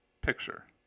picture